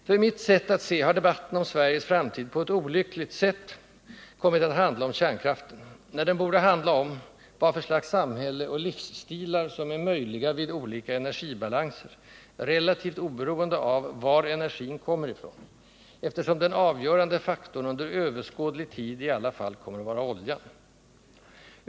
För mitt sätt att se har debatten om Sveriges framtid på ett olyckligt sätt kommit att handla om kärnkraften, när den borde handla om vad för slags samhälle och livsstilar, som är möjliga vid olika energibalanser, relativt oberoende av var energin kommer ifrån, eftersom den avgörande faktorn under överskådlig tid i alla fall kommer att vara oljan.